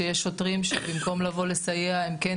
שיש שוטרים שבמקום לבוא לסייע הם כן,